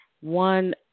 one